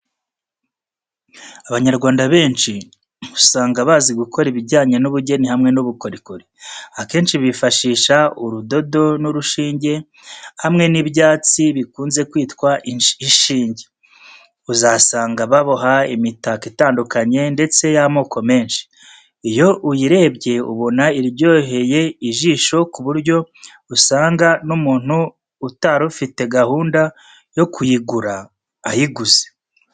Abanyarwanda benshi usanga bazi gukora ibijyanye n'ubugeni hamwe n'ubukorikori. Akenshi bifashisha urudodo n'urushinge, hamwe n'ibyatsi bikunze kwitwa ishinge. Uzasanga baboha imitako itandukanye ndetse y'amoko menshi. Iyo uyirebye ubona iryoheye ijisho ku buryo usanga n'umuntu utari ufite gahunda yo kuyigura ayiguze.